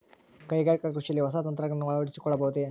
ಕೈಗಾರಿಕಾ ಕೃಷಿಯಲ್ಲಿ ಹೊಸ ತಂತ್ರಜ್ಞಾನವನ್ನ ಅಳವಡಿಸಿಕೊಳ್ಳಬಹುದೇ?